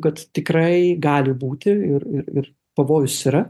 kad tikrai gali būti ir ir ir pavojus yra